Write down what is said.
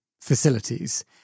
facilities